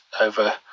over